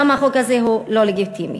גם החוק הזה הוא לא לגיטימי.